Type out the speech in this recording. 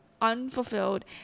unfulfilled